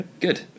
good